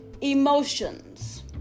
emotions